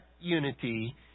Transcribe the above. unity